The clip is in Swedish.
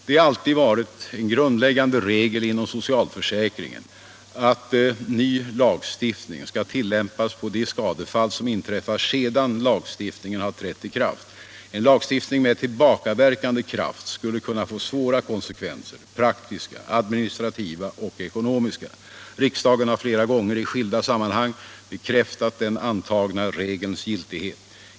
Det har alltid varit en grundläggande regel inom socialförsäkringen att ny lagstiftning skall tillämpas på de skadefall som inträffar sedan lagstiftningen har trätt i kraft. En lagstiftning med tillbakaverkande kraft skulle kunna få svåra konsekvenser — praktiska, administrativa och ekonomiska. Riksdagen har flera gånger i skilda sammanhang bekräftat den antagna regelns giltighet.